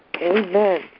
Amen